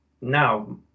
now